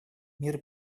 мир